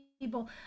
people